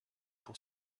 pour